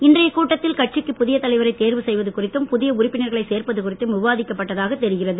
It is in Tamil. இன்றைய கூட்டத்தில் கட்சிக்கு புதிய தலைவரை தேர்வு செய்வது சேர்ப்பது உறுப்பினர்களை குறித்தும் புதிய குறித்தும் விவாதிக்கப்பட்டதாக தெரிகிறது